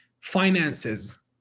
finances